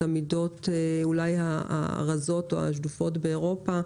המידות אולי הרזות או השדופות באירופה.